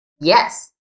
Yes